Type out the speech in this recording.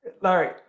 Larry